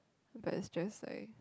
but it's just like